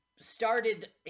started